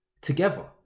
together